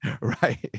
right